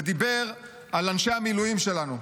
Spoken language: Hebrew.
ודיבר על אנשי המילואים שלנו.